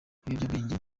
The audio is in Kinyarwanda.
ibiyobyabwenge